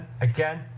again